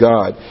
God